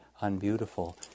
unbeautiful